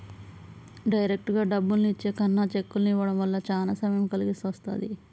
డైరెక్టుగా డబ్బుల్ని ఇచ్చే కన్నా చెక్కుల్ని ఇవ్వడం వల్ల చానా సమయం కలిసొస్తది